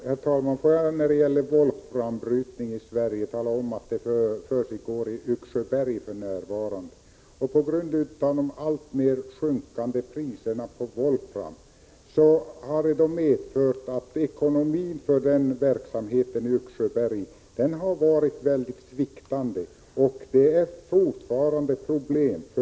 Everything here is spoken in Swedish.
Herr talman! När det gäller volframbrytning i Sverige vill jag tala om, att sådan för närvarande försiggår i Yxsjöberg. På grund av de alltmer sjunkande priserna på volfram har ekonomin för verksamheten i Yxsjöberg varit väldigt sviktande och är fortfarande problematisk.